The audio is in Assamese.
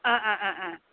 অ অ অ অ